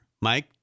Mike